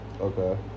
Okay